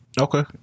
Okay